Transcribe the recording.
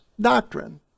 doctrine